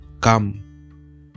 come